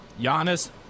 Giannis